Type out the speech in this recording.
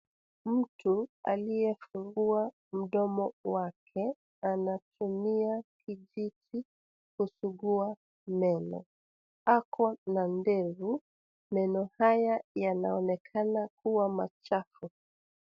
Mtu aliyefungua mdomo wake, anatumia kijiti kusugua meno. Akona ndevu na inafanya yanaonekana kuwa machafu.